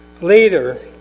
Later